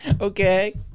okay